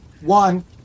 one